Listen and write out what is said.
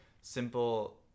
simple